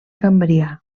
cambrià